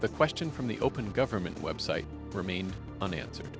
the question from the open government website remain unanswered